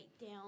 down